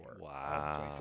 Wow